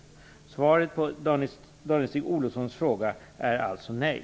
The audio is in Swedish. Svaret på denna fråga är alltså nej.